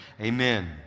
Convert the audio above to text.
Amen